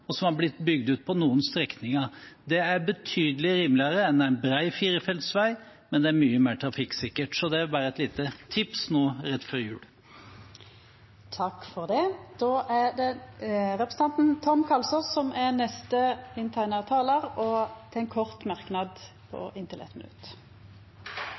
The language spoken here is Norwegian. og som har blitt bygd ut på noen strekninger. Det er betydelig rimeligere enn en brei firefelts vei, men det er mye mer trafikksikkert, så det er bare et lite tips, nå rett før jul. Representanten Tom Kalsås har hatt ordet to gonger tidlegare og får ordet til ein kort merknad,